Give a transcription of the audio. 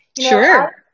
Sure